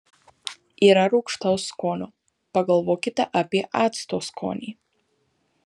yra rūgštaus skonio pagalvokite apie acto skonį